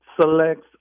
selects